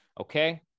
Okay